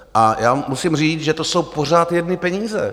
A já musím říct, že to jsou pořád jedny peníze.